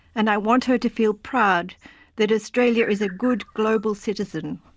and i want her to feel proud that australia is a good global citizen.